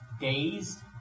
days